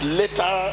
later